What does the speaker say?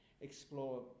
explore